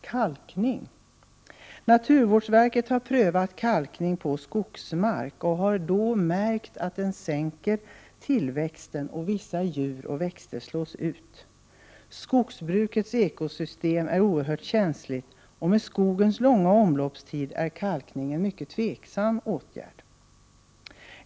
Kalkning på skogsmark har naturvårdsverket prövat och märkt att den sänker tillväxten och att vissa djur och växter slås ut. Skogsbrukets ekosystem är oerhört känsligt, och med skogens långa omloppstid är kalkning en mycket tveksam åtgärd.